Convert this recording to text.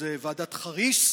שזו ועדת חריס.